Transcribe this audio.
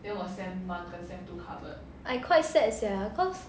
I quite sad sia cause